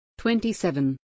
27